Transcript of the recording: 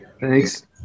Thanks